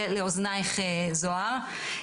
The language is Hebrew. זה לאוזנייך, זהר.